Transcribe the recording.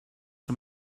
him